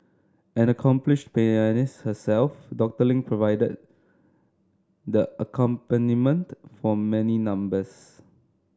an accomplished pianist herself Doctor Ling provided the accompaniment for many numbers